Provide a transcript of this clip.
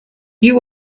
you